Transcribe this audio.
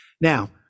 Now